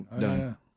Done